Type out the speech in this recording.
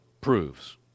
proves